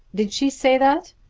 did she say that?